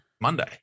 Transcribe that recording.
Monday